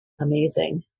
amazing